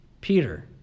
Peter